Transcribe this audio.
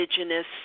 indigenous